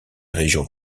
régions